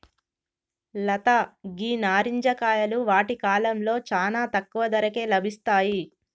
లత గీ నారింజ కాయలు వాటి కాలంలో చానా తక్కువ ధరకే లభిస్తాయి